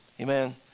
Amen